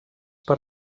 per